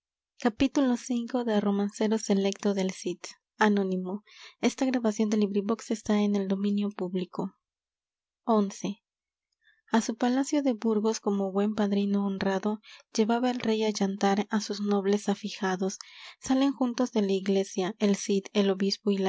á su palacio de burgos como buen padrino honrado llevaba el rey á yantar á sus nobles afijados salen juntos de la iglesia el cid el obispo